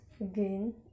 again